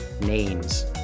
names